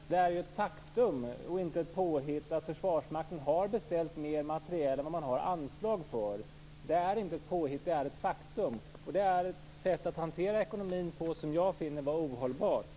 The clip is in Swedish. Fru talman! Återigen: Det är ett faktum och inte ett påhitt att Försvarsmakten har beställt mer materiel än vad man har anslag för. Det är inte ett påhitt, utan det är ett faktum. Det är ett sätt att hantera ekonomin som jag finner vara ohållbart.